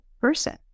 person